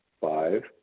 Five